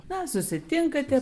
na susitinkate